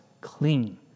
clean